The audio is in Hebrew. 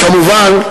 כמובן,